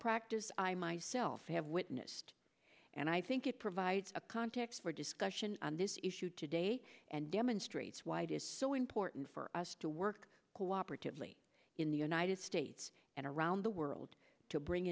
practice i myself have witnessed and i think it provides a context for discussion on this issue today and demonstrates why it is so important for us to work cooperatively in the united states and around the world to bring